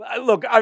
Look